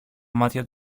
μάτια